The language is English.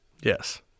Yes